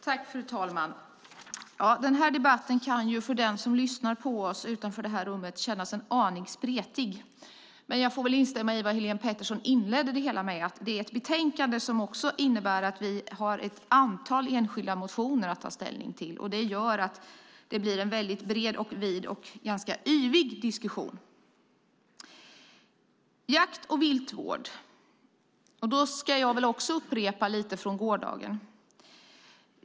Fru talman! Den här debatten kan för den som lyssnar på oss utanför detta rum kännas en aning spretig. Jag får dock instämma i vad Helén Pettersson inledde med, nämligen att vi i detta betänkande också har ett antal enskilda motioner att ta ställning till. Det gör att det blir en bred, vid och ganska yvig debatt. Även jag ska upprepa lite från gårdagen.